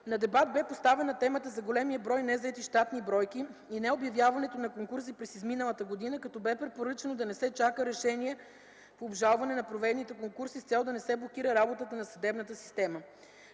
На дебат бе поставена темата за големия брой незаети щатни бройки и необявяването на конкурси през изминалата годината, като бе препоръчано да не се чака решението по обжалване на проведените конкурси, с цел да не се блокира работата на съдебната система.